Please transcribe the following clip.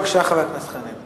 בבקשה, חבר הכנסת חנין.